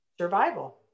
survival